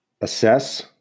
assess